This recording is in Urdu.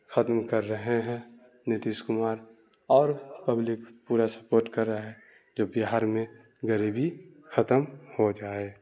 ختم کر رہے ہیں نتیش کمار اور پبلک پورا سپورٹ کر رہا ہے جو بہار میں غریبی ختم ہو جائے